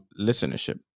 listenership